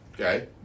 Okay